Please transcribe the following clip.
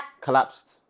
Collapsed